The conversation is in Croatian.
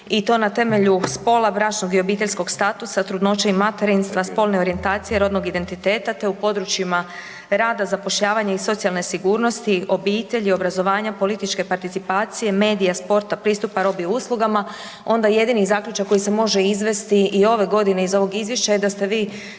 i to na temelju spola, bračnog i obiteljskog statusa, trudnoće i materinstva, spolne orijentacije, rodnog identiteta te u područjima rada, zapošljavanja i socijalne sigurnosti, obitelji, obrazovanja, političke participacije, medija, sporta, pristupa robi i uslugama onda jedini zaključak koji se može izvesti i ove godine iz ovog izvješća je da ste vi